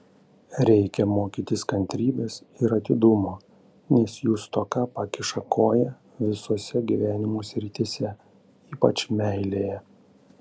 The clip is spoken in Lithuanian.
reikia mokytis kantrybės ir atidumo nes jų stoka pakiša koją visose gyvenimo srityse ypač meilėje